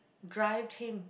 drive him